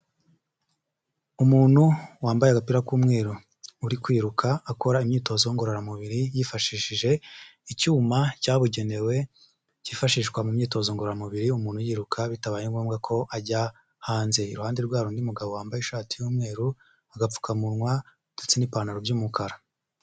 Umuntu wambaye agapira k'umweru, uri kwiruka akora imyitozo ngororamubiri, yifashishije icyuma cyabugenewe cyifashishwa mu myitozo ngororamubiri, umuntu yiruka bitabaye ngombwa ko ajya hanze. Iruhande rwe hari undi mugabo wambaye ishati y'umweru agapfukamunwa ndetse n'ipantaro by'umukara.